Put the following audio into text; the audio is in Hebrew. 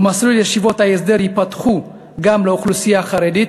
ומסלולי ישיבות ההסדר ייפתחו גם לאוכלוסייה החרדית,